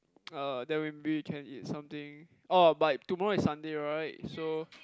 uh then maybe we can eat something oh but tomorrow is Sunday right so